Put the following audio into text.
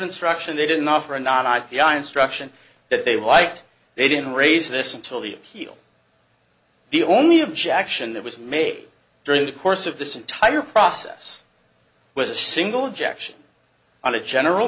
instruction they didn't offer a not i p i instruction that they liked they didn't raise this until the appeal the only objection that was made during the course of this entire process was a single objection on a general